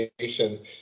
Nations